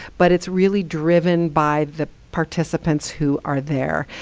but it's really driven by the participants who are there.